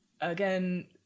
again